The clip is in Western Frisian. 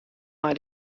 mei